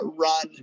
run